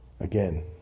Again